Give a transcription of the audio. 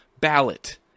ballot